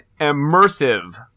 immersive